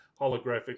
holographic